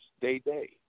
Day-Day